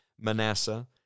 Manasseh